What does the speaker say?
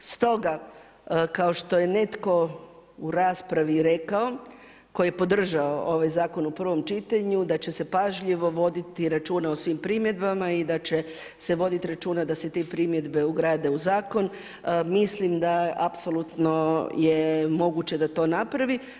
Stoga, kao što je netko u raspravi rekao, koji je podržao ovaj zakon u prvom čitanju, da će se pažljivo voditi računa o svim primjedbama i da će se voditi računa da će se primjedbe ugrade u zakon, mislim da apsolutno je moguće da to napravi.